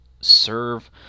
serve